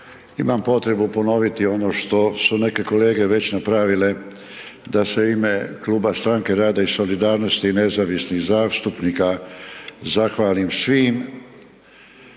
imam potrebu ponoviti ono što su neke kolege već napravile da se u ime Kluba Stranke rada i solidarnosti i nezavisnih zastupnika zahvalim svim